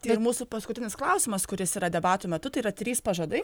tai ir mūsų paskutinis klausimas kuris yra debatų metu tai yra trys pažadai